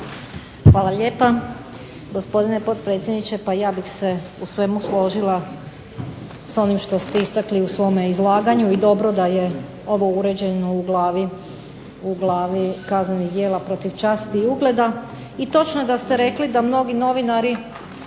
Ana (HDZ)** Gospodine potpredsjedniče, ja bih se u svemu složila s onim što ste istakli u svom izlaganju i dobro je da je ovo uređeno u glavi kaznenih djela protiv časti i ugleda i točno je da ste rekli da neki novinari,